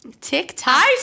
TikTok